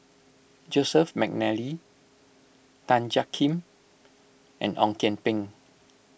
Joseph McNally Tan Jiak Kim and Ong Kian Peng